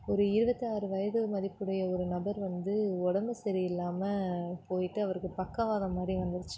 ஒரு இருபத்தாறு வயது மதிப்புடைய ஒரு நபர் வந்து உடம்பு சரியில்லாமல் போயிட்டு அவருக்கு பக்கவாதம் மாதிரியே வந்துருச்சு